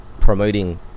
promoting